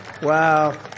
Wow